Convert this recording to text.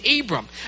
Abram